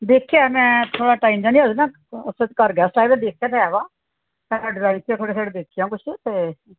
ਦੇਖਿਆ ਮੈਂ ਥੋੜ੍ਹਾ ਟਾਈਮ ਜਿਹਾ ਨਹੀਂ ਲੱਗਦਾ ਅਸਲ 'ਚ ਘਰ ਗੈਸਟ ਆਏ ਵੇ ਦੇਖਿਆ ਤਾਂ ਹੈਗਾ ਫਿਰ ਦੇਖਿਆ ਕੁਛ ਤਾਂ